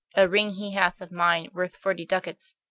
a ring he hath of mine worth forty ducats,